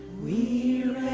we